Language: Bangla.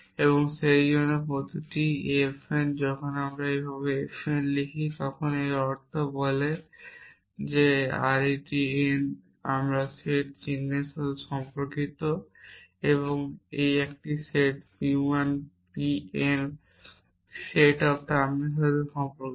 এবং সেইজন্য প্রতিটি f n যখন আমি এইভাবে f n লিখি তখন এর অর্থ এটি বলে arity n আমার সেট ফাংশন চিহ্নের সাথে সম্পর্কিত এবং একটি set p 1 p n set of টার্মের সাথে সম্পর্কিত